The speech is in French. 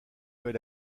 avait